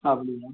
அப்படிங்களா